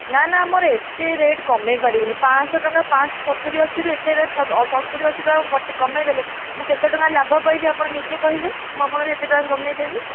ନା ନା ଆମର ଏତେ ରେଟ୍ କମାଇ ପାରିବୁନି ପାଞ୍ଚଶହ ଟଙ୍କା ପାଞ୍ଚଶହ ସତୁରି ଅଶୀରେ ଏତେ ରେଟ୍ ସତୁରି ଅଶୀ ଟଙ୍କା କମାଇଦେଲେ ମୁଁ କେତେ ଟଙ୍କା ଲାଭ ପାଇବି ଆପଣ ନିଜେ କହିଲେ ମୁଁ ଆପଣଙ୍କୁ ଏତେ ଟଙ୍କା କମାଇଦେବି